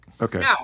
Okay